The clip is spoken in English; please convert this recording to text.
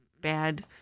bad